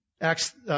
Acts